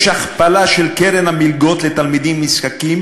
יש הכפלה של קרן המלגות לתלמידים נזקקים